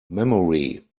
memory